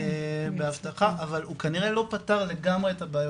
אבל הוא כנראה לא פתר לגמרי את הבעיות,